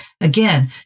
Again